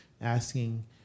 asking